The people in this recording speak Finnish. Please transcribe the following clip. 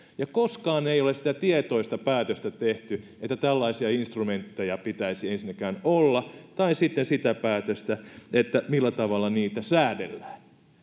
ja koskaan ei ole sitä tietoista päätöstä tehty että tällaisia instrumentteja pitäisi ensinnäkään olla tai sitten sitä päätöstä millä tavalla niitä säädellään